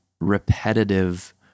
repetitive